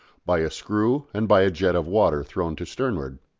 by a screw and by a jet of water thrown to sternward.